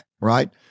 right